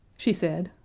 she said,